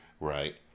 Right